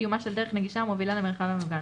קיומה של דרך נגישה המובילה למרחב המוגן,